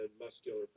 muscular